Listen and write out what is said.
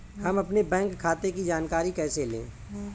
हम अपने बैंक खाते की जानकारी कैसे लें?